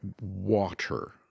water